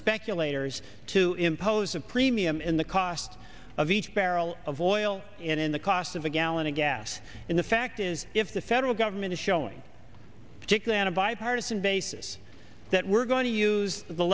speculators to impose a premium in the cost of each barrel of oil in the cost of a gallon of gas in the fact is if the federal government is showing particularly on a bipartisan basis that we're going to use the